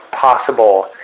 possible